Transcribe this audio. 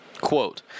Quote